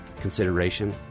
consideration